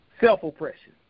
Self-oppression